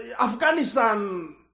Afghanistan